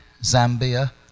Zambia